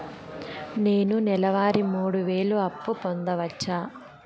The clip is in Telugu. నేను నెల వారి మూడు వేలు అప్పు పొందవచ్చా?